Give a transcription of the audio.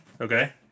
okay